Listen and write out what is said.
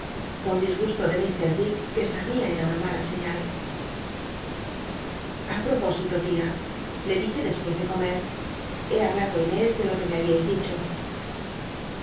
con disgu to de mr dick que sabia era una mala señal apis lia le dije dcspucs de comer be hablado ü inés de lo que me habíais dicho